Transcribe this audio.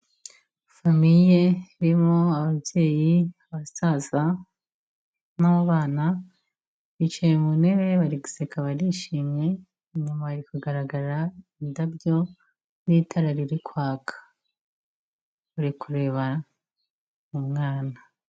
Famiye irimo ababyeyi abasaza n'abana, bicaye mu ntebe bari guseka barishimye, inyuma hari kugaragara indabyo n'itara riri kwaka. urikureba umwana.